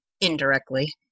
indirectly